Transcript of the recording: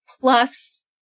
plus